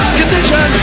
condition